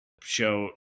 show